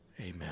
amen